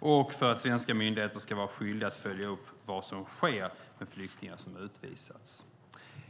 och för att svenska myndigheter ska vara skyldiga att följa upp vad som sker med flyktingar som utvisats.